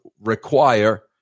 require